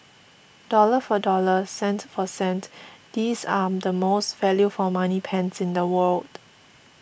dollar for dollar cent for cent these are the most value for money pens in the world